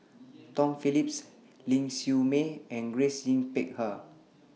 Tom Phillips Ling Siew May and Grace Yin Peck Ha